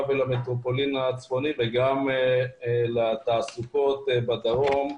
ולמטרופולין הצפוני וגם לתעסוקה בדרום,